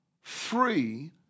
free